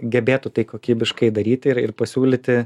gebėtų tai kokybiškai daryti ir ir pasiūlyti